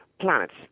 Planets